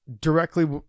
directly